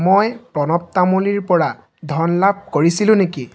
মই প্ৰণৱ তামুলীৰ পৰা ধন লাভ কৰিছিলো নেকি